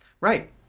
Right